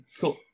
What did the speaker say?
Cool